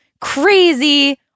crazy